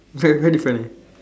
very very different leh